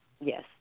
Yes